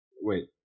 wait